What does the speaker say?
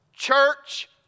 Church